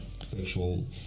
sexual